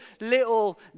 little